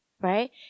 right